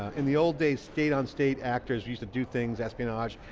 in the old days, state on state actors used to do things, espionage,